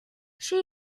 she